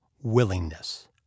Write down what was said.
willingness